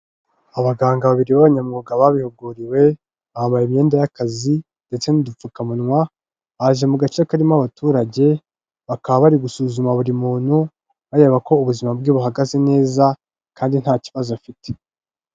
Abaganga babiri b'abanyamwuga babihuguriwe, bambaye imyenda y'akazi ndetse n'udupfukamunwa, baje mu gace karimo abaturage, bakaba bari gusuzuma buri muntu, bareba ko ubuzima bwe buhagaze neza kandi nta kibazo afite.